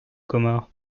comores